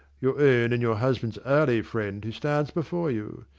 your own and your husband's early friend, who stands before you.